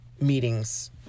meetings